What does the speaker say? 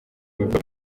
bivuga